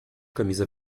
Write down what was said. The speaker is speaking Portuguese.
camisa